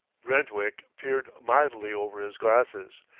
brentwick peered mildly over his glasses,